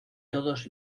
todos